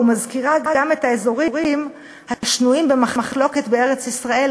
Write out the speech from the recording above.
ומזכירה גם את האזורים השנויים במחלוקת בארץ-ישראל,